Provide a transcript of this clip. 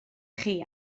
chi